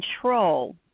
control